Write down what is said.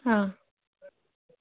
অঁ